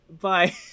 bye